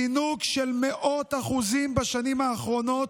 זינוק של מאות אחוזים בשנים האחרונות,